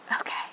okay